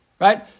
right